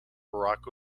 barack